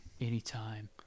anytime